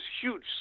huge